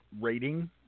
rating